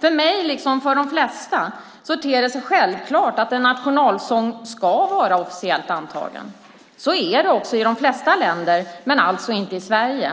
För mig, liksom för de flesta, ter det sig självklart att en nationalsång ska vara officiellt antagen. Så är det också i de flesta länder men alltså inte i Sverige.